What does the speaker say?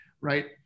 right